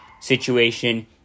situation